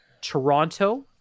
Toronto